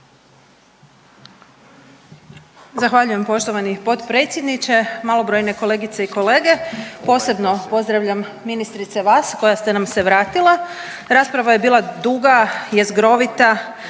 Zahvaljujem poštovani potpredsjedniče, malobrojne kolegice i kolege. Posebno pozdravljam ministrice vas koja ste nam se vratila. Rasprava je bila duga, jezgrovita